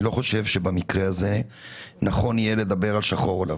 אני לא חושב שבמקרה הזה נכון יהיה לדבר על שחור או לבן.